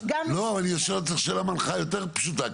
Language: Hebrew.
לא, אבל אני שואל אותך שאלה מנחה יותר פשוטה.